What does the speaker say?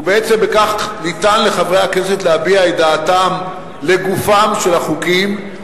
ובעצם בכך ניתן לחברי הכנסת להביע את דעתם לגופם של החוקים,